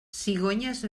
cigonyes